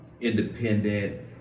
independent